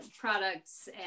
products